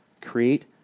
create